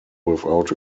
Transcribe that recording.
without